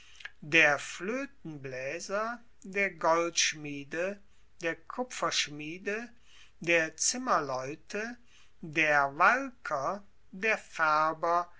der floetenblaeser der goldschmiede der kupferschmiede der zimmerleute der walker der faerber